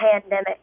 pandemic